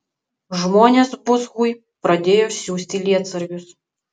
žmonės bushui pradėjo siųsti lietsargius